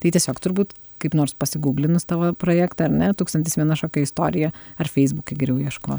tai tiesiog turbūt kaip nors pasigūglinus tavo projektą ar ne tūkstantis viena šokio istorija ar feisbuke geriau ieško